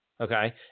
okay